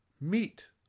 meat